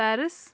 Paris